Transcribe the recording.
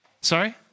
Sorry